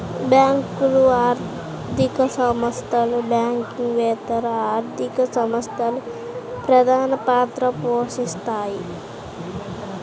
బ్యేంకులు, ఆర్థిక సంస్థలు, బ్యాంకింగేతర ఆర్థిక సంస్థలు ప్రధానపాత్ర పోషిత్తాయి